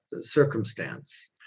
circumstance